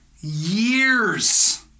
years